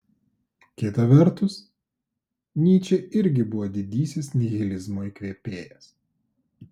kita vertus nyčė irgi buvo didysis nihilizmo įkvėpėjas